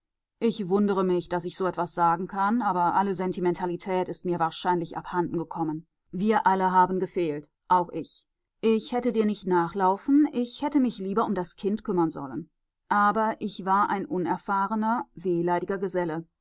ich wundere mich daß ich so etwas sagen kann aber alle sentimentalität ist mir wahrscheinlich abhanden gekommen wir alle haben gefehlt auch ich ich hätte dir nicht nachlaufen ich hätte mich lieber um das kind kümmern sollen aber ich war ein unerfahrener wehleidiger geselle